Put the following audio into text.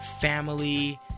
family